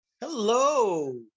Hello